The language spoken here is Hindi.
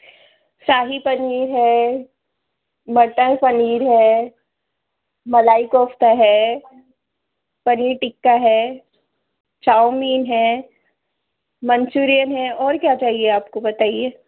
शाही पनीर है मटर पनीर है मलाई कोफ़्ता है पनीर टिक्का है चाउमीन है मंचूरियन है और क्या चाहिए आपको बताइए